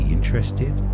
interested